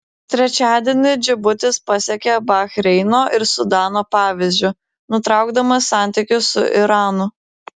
trečiadienį džibutis pasekė bahreino ir sudano pavyzdžiu nutraukdamas santykius su iranu